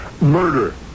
Murder